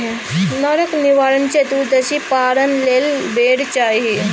नरक निवारण चतुदर्शीक पारण लेल बेर चाही